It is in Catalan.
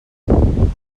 montmaneu